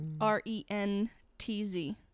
r-e-n-t-z